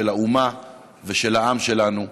של האומה ושל העם שלנו.